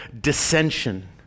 dissension